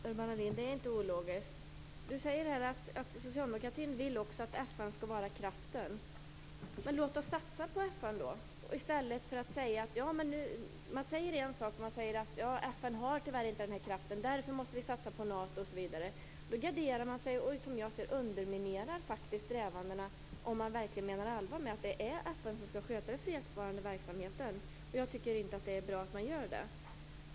Fru talman! Nej, det är inte ologiskt. Urban Ahlin säger att socialdemokratin vill att FN skall vara den kraften. Låt oss satsa på FN i stället för att säga att FN tyvärr inte har den kraften och att vi därför måste satsa på Nato. Då underminerar man faktiskt strävandena - om man nu verkligen menar allvar med att det är FN som skall sköta den fredsbevarande verksamheten. Jag tycker inte att det är bra att man gör det.